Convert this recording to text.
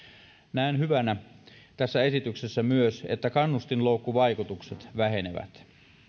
näen hyvänä tässä esityksessä myös että kannustinloukkuvaikutukset vähenevät